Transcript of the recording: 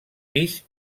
pis